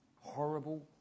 Horrible